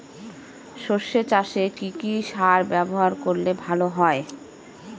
সর্ষে চাসে কি কি সার ব্যবহার করলে ভালো হয়?